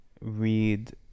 read